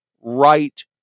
right